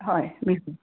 হয় বিহু